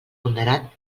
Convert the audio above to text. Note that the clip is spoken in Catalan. ponderat